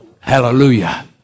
Hallelujah